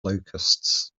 locusts